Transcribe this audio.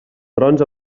trons